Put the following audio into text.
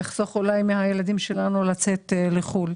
יחסוך אולי מהילדים שלנו לצאת לחו"ל,